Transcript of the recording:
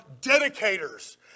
dedicators